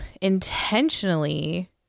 intentionally